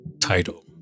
title